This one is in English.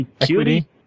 Equity